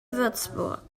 würzburg